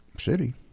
City